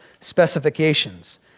specifications